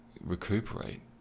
recuperate